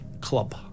club